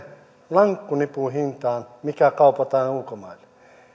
lankkunipun hintaan mikä kaupataan ulkomaille